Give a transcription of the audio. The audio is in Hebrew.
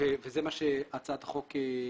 על זה.